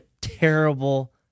terrible